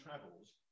travels